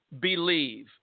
believe